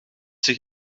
zich